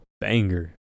banger